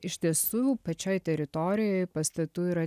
iš tiesų pačioj teritorijoj pastatų yra